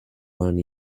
run